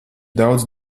daudz